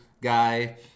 guy –